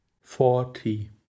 forty